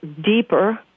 deeper